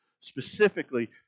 specifically